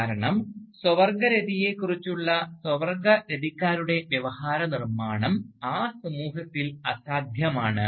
കാരണം സ്വവർഗരതിയെക്കുറിച്ചുള്ള സ്വവർഗരതിക്കാരുടെ വ്യവഹാര നിർമ്മാണം ആ സമൂഹത്തിൽ അസാധ്യമാണ്